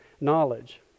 knowledge